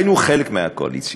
היינו חלק מהקואליציה,